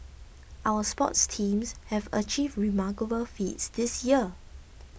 our sports teams have achieved remarkable feats this year